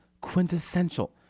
quintessential